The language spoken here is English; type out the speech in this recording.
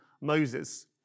Moses